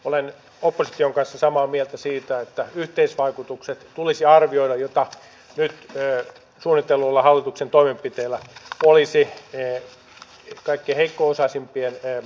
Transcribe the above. olen opposition kanssa samaa mieltä siitä että tulisi arvioida yhteisvaikutukset joita nyt suunnitelluilla hallituksen toimenpiteillä olisi kaikkein heikko osaisimpien toimeentuloon